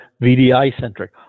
VDI-centric